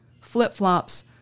flip-flops